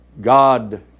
God